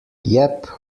yep